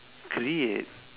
create